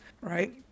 Right